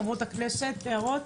חברות הכנסת, עוד הערות?